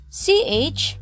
ch